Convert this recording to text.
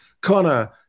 Connor